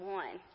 one